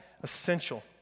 essential